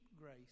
grace